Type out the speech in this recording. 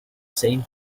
same